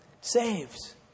saves